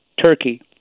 turkey